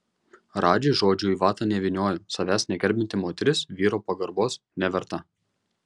radži žodžių į vatą nevynioja savęs negerbianti moteris vyro pagarbos neverta